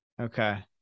Okay